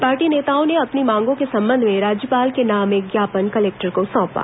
party नेताओं ने अपनी मांगों के संबंध में राज्यपाल के नाम एक ज्ञापन कलेक्टर को सौंपा